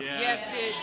Yes